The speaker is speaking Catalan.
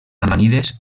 amanides